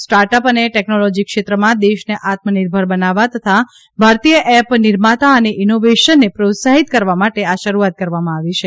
start up અને ટેકનોલોજીકલ ક્ષેત્રમાં દેશને આત્મનિર્ભર બનાવવા તથા ભારતીય એપ નિર્માતા અને ઇનોવેશનને પ્રોત્સાહિત કરવા માટે આ શરૂઆત કરવામાં આવી છે